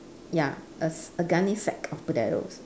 ya a s~ a gunnysack of potatoes